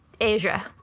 Asia